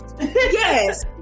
Yes